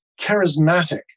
charismatic